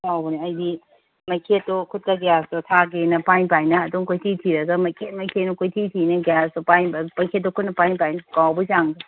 ꯀꯥꯎꯕꯅꯦ ꯑꯩꯗꯤ ꯃꯩꯈꯦꯠꯇꯣ ꯈꯨꯠꯇ ꯒ꯭ꯌꯥꯁꯇꯣ ꯊꯥꯒꯦꯅ ꯄꯥꯏ ꯄꯥꯏꯅ ꯑꯗꯨꯝ ꯀꯣꯏꯊꯤ ꯊꯤꯔꯒ ꯃꯩꯈꯦꯠ ꯃꯩꯈꯦꯠꯅ ꯀꯣꯏꯊꯤ ꯊꯤꯅꯦ ꯒ꯭ꯌꯥꯁꯇꯣ ꯄꯥꯏꯅ ꯃꯩꯈꯦꯠꯇꯣ ꯈꯨꯠꯅ ꯄꯥꯏꯅ ꯄꯥꯏꯅ ꯀꯥꯎꯕꯩ ꯆꯥꯡꯁꯦ